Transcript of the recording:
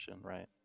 right